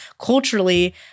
culturally